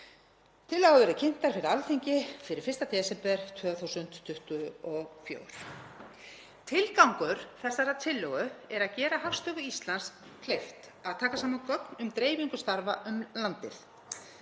Tillögur verði kynntar Alþingi fyrir 1. desember 2024.“ Tilgangur tillögu þessarar er að gera Hagstofu Íslands kleift að taka saman gögn um dreifingu starfa um landið.